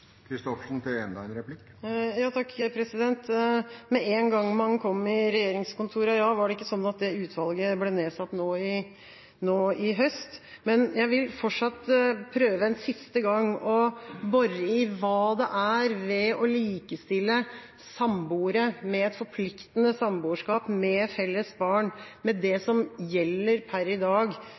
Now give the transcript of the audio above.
Med en gang man kom i regjeringskontorene – ja, var det ikke sånn at det utvalget ble nedsatt nå i høst? Men jeg vil fortsatt prøve – en siste gang – å bore i hva det er ved å likestille samboere med et forpliktende samboerskap med felles barn med det som gjelder per i dag